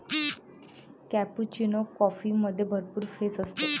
cappuccino कॉफीमध्ये भरपूर फेस असतो